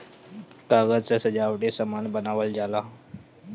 कागज से सजावटी सामान बनावल जाला